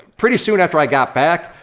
pretty soon after i got back,